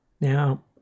Now